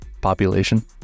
population